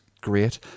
great